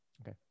okay